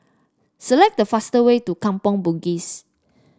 select the fastest way to Kampong Bugis